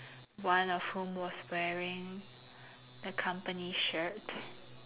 one of whom was wearing a company shirt